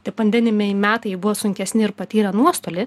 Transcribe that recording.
tie pandeminiai metai buvo sunkesni ir patyrė nuostolį